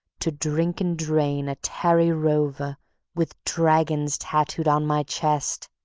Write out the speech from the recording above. to drink and drain, a tarry rover with dragons tattooed on my chest,